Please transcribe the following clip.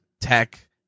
tech